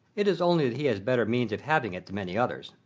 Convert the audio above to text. it is only that he has better means of having it than many others.